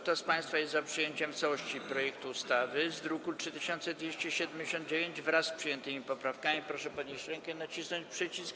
Kto z państwa jest za przyjęciem w całości projektu ustawy z druku nr 3279, wraz z przyjętymi poprawkami, proszę podnieść rękę i nacisnąć przycisk.